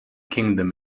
kingdom